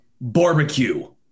Barbecue